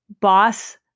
boss